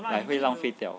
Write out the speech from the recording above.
like 会浪费掉